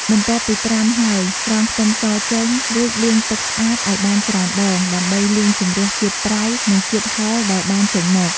បន្ទាប់ពីត្រាំហើយ ស្រង់ខ្ទឹមសចេញ រួចលាងទឹកស្អាតឲ្យបានច្រើនដង ដើម្បីលាងជម្រះជាតិប្រៃ និងជាតិហឹរដែលបានចេញមក។